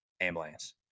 ambulance